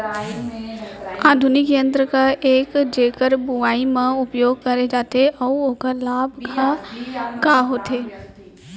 आधुनिक यंत्र का ए जेकर बुवाई म उपयोग करे जाथे अऊ ओखर लाभ ह का का होथे?